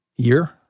year